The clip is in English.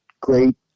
great